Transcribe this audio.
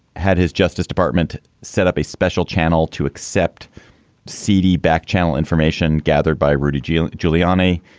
had his justice department set up a special channel to accept seedy back channel information gathered by rudy giuliani. giuliani,